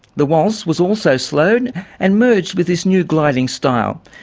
the waltz was also slowed and merged with this new gliding style.